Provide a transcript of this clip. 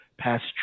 past